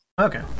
Okay